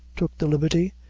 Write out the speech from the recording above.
took the liberty,